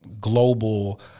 global